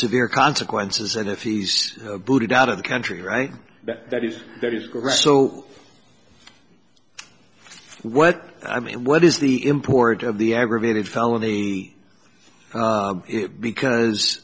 severe consequences and if he's booted out of the country right that is that is correct so what i mean what is the import of the aggravated felony because